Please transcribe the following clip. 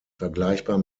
vergleichbar